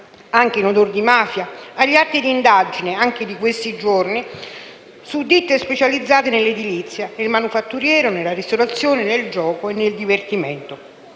anche in odor di mafia, agli atti d'indagine, anche di questi giorni, su ditte specializzate nell'edilizia, nel manifatturiero, nella ristorazione, nel gioco e nel divertimento.